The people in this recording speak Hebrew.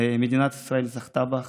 מדינת ישראל זכתה בך,